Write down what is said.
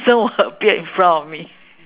~son will appear in front of me